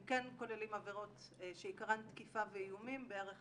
הם כן כוללים עבירות שעיקרן תקיפה ואיומים, בערך